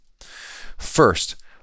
First